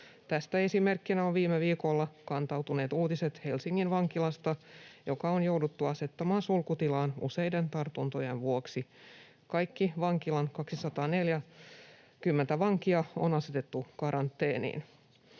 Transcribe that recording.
Tästä esimerkkinä on viime viikolla kantautuneet uutiset Helsingin vankilasta, joka on jouduttu asettamaan sulkutilaan useiden tartuntojen vuoksi. Kaikki vankilan 240 vankia on asetettu karanteeniin.